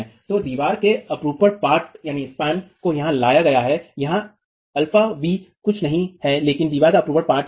तो दीवार के अपरूपण पाट को यहां लाया गया है यहाँ αv कुछ भी नहीं है लेकिन दीवार का अपरूपण पाट ही है